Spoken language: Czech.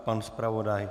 Pan zpravodaj?